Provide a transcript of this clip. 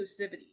inclusivity